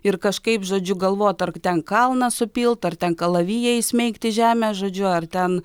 ir kažkaip žodžiu galvoti ar ten kalną supilt ar ten kalaviją įsmeigti į žemę žodžiu ar ten